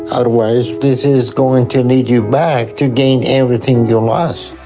otherwise, this is going to lead you back to gain everything you lost.